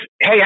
hey